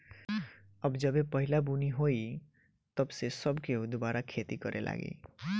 अब जबे पहिला बुनी होई तब से सब केहू दुबारा खेती करे लागी